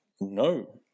no